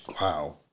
Wow